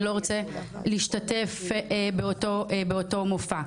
אני לא רוצה להשתתף באותו מופע?